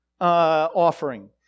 offering